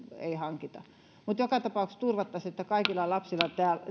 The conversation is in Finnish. hankkia mutta joka tapauksessa turvattaisiin että kaikilla lapsilla